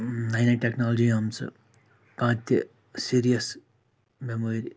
نَے نَے ٹٮ۪کنالجی آمژٕ کانٛہہ تہِ سیٖریَس بٮ۪مٲرۍ